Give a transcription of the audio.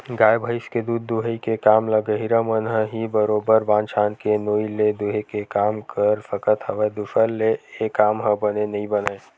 गाय भइस के दूद दूहई के काम ल गहिरा मन ह ही बरोबर बांध छांद के नोई ले दूहे के काम कर सकत हवय दूसर ले ऐ काम ह बने नइ बनय